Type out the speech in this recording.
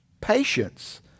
Patience